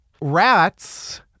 Rats